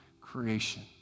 creation